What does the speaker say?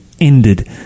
ended